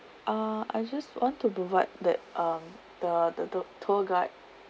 uh I just want to provide that um the the the tour guide